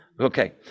Okay